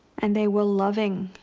and they were loving.